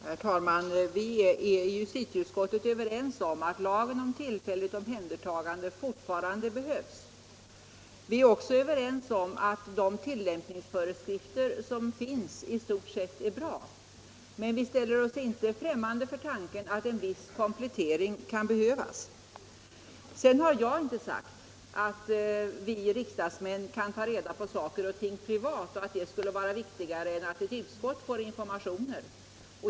Herr talman! Vi är i justitieutskottet överens om att LTO fortfarande behövs. Vi är också överens om att de tillämpningsföreskrifter som finns i stort sett är bra. Men vi ställer oss inte främmande för tanken att en viss komplettering kan behövas. Jag har inte sagt att vi riksdagsmän skall ta reda på saker och ting privat och att det skulle vara riktigare än att ett utskott får informationer.